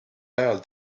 ajal